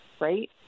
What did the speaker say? right